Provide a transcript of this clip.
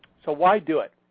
so why do it?